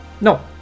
No